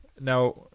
Now